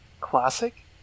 classic